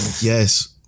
Yes